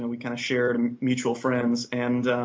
and we kind of shared and mutual friends, and